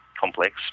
complex